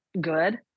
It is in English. good